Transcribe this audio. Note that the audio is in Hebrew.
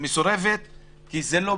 סורבה, כי זה לא...